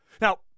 Now